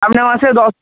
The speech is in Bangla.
সামনের মাসে দশ